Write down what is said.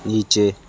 नीचे